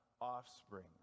offspring